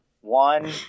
one